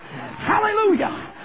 Hallelujah